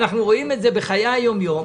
אנחנו רואים את זה בחיי היום-יום,